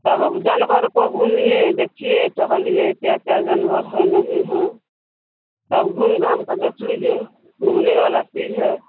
तब अब जानवर को घूमिए देखिए टहलिए क्या क्या जानवर है नहीं है सब घूम घामकर देख लीजिए घूमने वाली चीज़ है